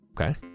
okay